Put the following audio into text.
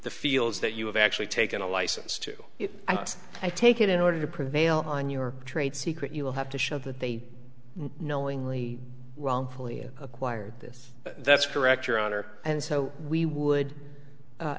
the fields that you have actually taken a license to i guess i take it in order to prevail on your trade secret you will have to show that they knowingly wrongfully you acquired this that's correct your honor and so we would